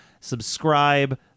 Subscribe